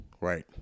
right